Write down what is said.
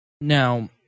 Now